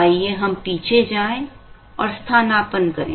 आइए हम पीछे जाएं और स्थानापन्न करें